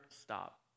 stop